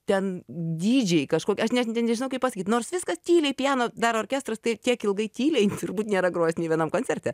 ten dydžiai kažkoki aš net ne nežinau kaip pasakyt nors viskas tyliai piano dar orkestras tai tiek ilgai tyliai turbūt nėra grojęs nei vienam koncerte